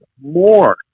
more